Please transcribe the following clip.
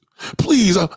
Please